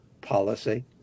policy